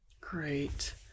Great